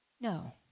No